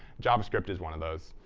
javascript is one of those.